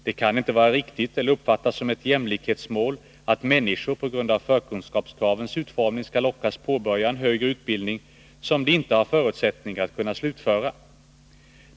Det kan inte vara riktigt eller uppfattas som ett jämlikhetsmål att människor på grund av förkunskapskravens utformning skall lockas påbörja en högre utbildning som de inte har förutsättningar för att slutföra.